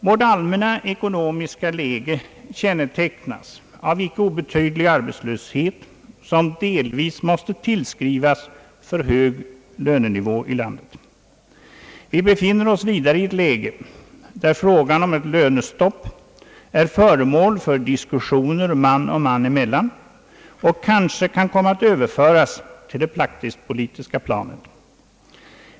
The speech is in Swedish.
Vårt allmänna ekonomiska läge kännetecknas av en icke obetydlig arbetslöshet, som delvis måste tillskrivas för hög lönenivå i landet. Vi befinner oss vidare i ett läge, där frågan om ett lönestopp är föremål för diskussioner man och man emellan och kanske kan komma att överföras till det praktisk-politiska planet.